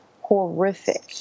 horrific